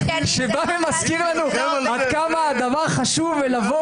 שבא ומזכיר לנו עד כמה הדבר חשוב לבוא